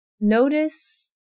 Notice